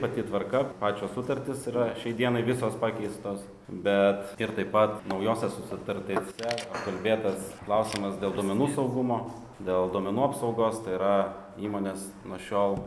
pati tvarka pačios sutartys yra šiai dienai visos pakeistos bet ir taip pat naujose sutartyse apkalbėtas klausimas dėl duomenų saugumo dėl duomenų apsaugos tai yra įmonės nuo šiol